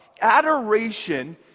Adoration